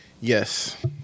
yes